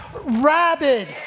rabid